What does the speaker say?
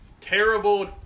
terrible